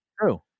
True